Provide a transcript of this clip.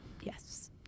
Yes